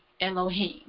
Elohim